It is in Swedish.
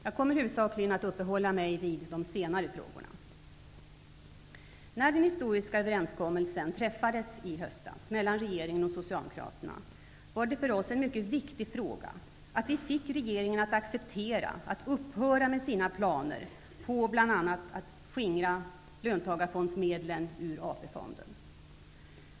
Jag kommer huvudsakligen att uppehålla mig vid de senare frågorna. Fru talman! När den historiska krisöverenskommelsen träffades i höstas mellan regeringen och Socialdemokraterna var det för oss en mycket viktig fråga att vi fick regeringen att acceptera att upphöra med sina planer på bl.a. att skingra löntagarfondsmedlen ur AP-fonden.